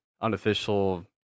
unofficial